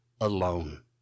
alone